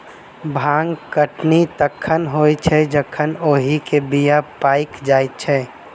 भांग कटनी तखन होइत छै जखन ओहि मे बीया पाइक जाइत छै